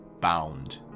bound